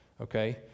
okay